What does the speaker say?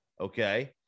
Okay